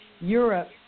Europe